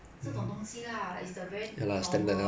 honestly ah 我不喜欢 lah